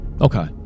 Okay